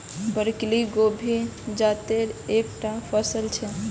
broccoli गोभीर जातेर एक टा फसल छे